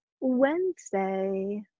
Wednesday